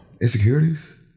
Insecurities